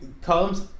comes